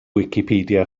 wicipedia